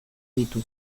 ditu